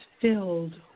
filled